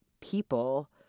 people